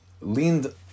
leaned